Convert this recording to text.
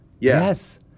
yes